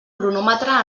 cronòmetre